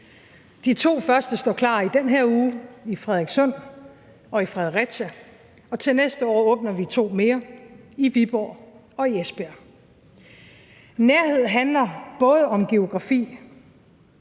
De to første står klar i den her uge, i Frederikssund og i Fredericia. Og til næste år åbner vi to mere, i Viborg og i Esbjerg. Nærhed handler både om geografi